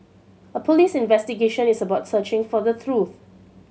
a police investigation is about searching for the truth